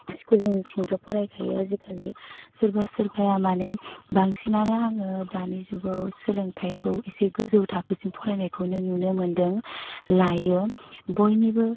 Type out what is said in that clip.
स्कुलिंसिमथ' फरायखायो आजिखालि सोरबा सोरबाया माने बांसिनानो आङो दानि जुगाव सोलोंथाइखौ एसे गोजौ थाखोसिम फरायनायखौनो नुनो मोनदों लायो बयनिबो